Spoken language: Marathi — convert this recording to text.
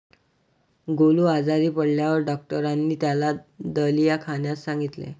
गोलू आजारी पडल्यावर डॉक्टरांनी त्याला दलिया खाण्यास सांगितले